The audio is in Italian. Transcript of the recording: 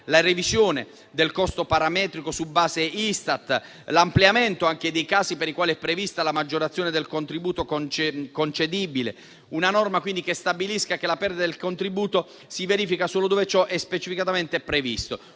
la revisione del costo parametrico su base Istat e l'ampliamento dei casi per i quali è prevista la maggiorazione del contributo concedibile, una norma quindi che stabilisca che la perdita del contributo si verifica solo dove ciò è specificatamente previsto;